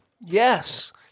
Yes